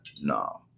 No